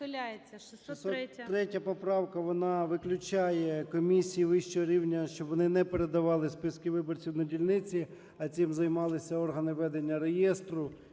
О.М. 603 поправка, вона виключає комісії вищого рівня, щоб вони не передавали списки виборців на дільниці, а цим займалися органи ведення реєстру.